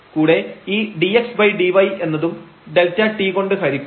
കൂടെ ഈ dxdy എന്നതും Δt കൊണ്ട് ഹരിക്കും